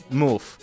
move